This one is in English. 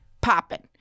popping